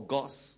God's